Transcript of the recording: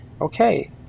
okay